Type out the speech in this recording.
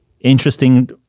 Interesting